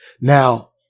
Now